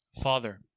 father